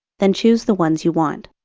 then choose the ones you want.